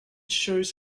shows